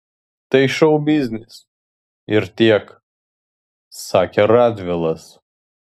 tai šou biznis ir tiek sakė radvilas